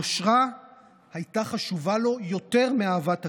היושרה הייתה חשובה לו יותר מאהבת הקהל,